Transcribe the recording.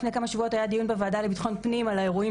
לפני כמה ימים היה פה דיון בוועדה לביטחון פנים על האירועים